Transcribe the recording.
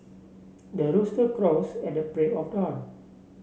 the rooster crows at the break of dawn